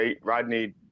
Rodney